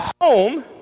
home